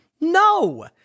No